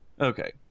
Okay